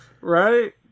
Right